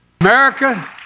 America